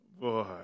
boy